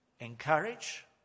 encourage